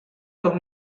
los